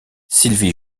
sylvie